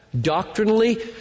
doctrinally